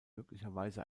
möglicherweise